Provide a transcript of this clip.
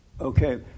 Okay